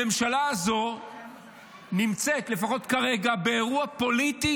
הממשלה הזאת נמצאת לפחות כרגע באירוע פוליטי